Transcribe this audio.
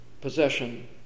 possession